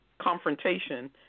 confrontation